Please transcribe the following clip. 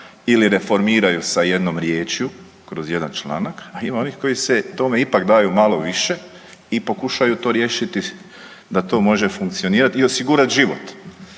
ili reformiraju sa jednom riječju, kroz jedan članak, a ima onih koji se tome ipak daju malo više i pokušaju to riješiti s, da to može funkcionirati i osigurati život